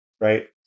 right